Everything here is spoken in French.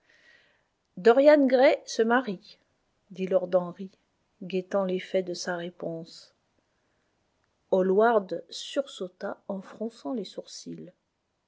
dorian gray se marie dit lord henry guettant l'effet de sa réponse hallward sursauta en fronçant les sourcils